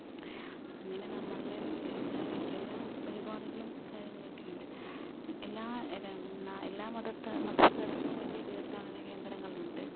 അങ്ങനെ നമ്മളുടെ എല്ലാവരെയും എല്ലാ വഴിപാടുകളും കാര്യങ്ങളൊക്കെയുണ്ട് എല്ലാ ര എല്ലാ മതത്ത മതസ്ഥർക്കും പറ്റിയ തീർത്ഥാടന കേന്ദ്രങ്ങളുണ്ട്